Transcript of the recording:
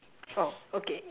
oh okay